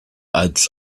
als